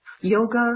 yoga